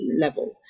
level